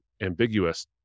ambiguous